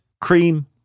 cream